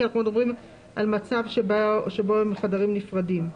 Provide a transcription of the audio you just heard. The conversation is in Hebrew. כי אנחנו מדברים על מצב שבו החדרים נפרדים,